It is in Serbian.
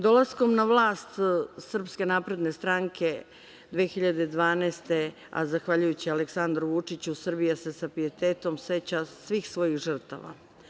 Dolaskom na vlast SNS 2012. godine, a zahvaljujući Aleksandru Vučiću Srbija se sa pijetetom seća svih svojih žrtava.